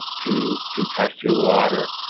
to to test your water.